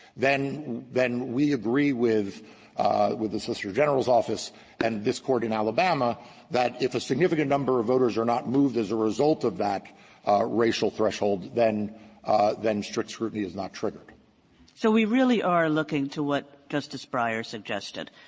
then then we agree with with the solicitor general's office and this court in alabama that, if a significant number of voters are not moved as a result of that racial threshold, then then strict scrutiny is not triggered. kagan so we really are looking to what justice breyer suggested,